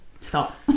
stop